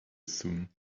soon